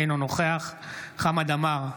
אינו נוכח חמד עמאר,